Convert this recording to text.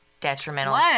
Detrimental